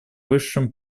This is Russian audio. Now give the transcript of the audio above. высшим